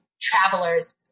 travelers